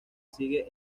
sigue